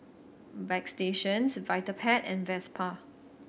Bagstationz Vitapet and Vespa